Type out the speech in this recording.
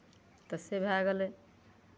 तऽ से भए गेलै